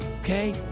Okay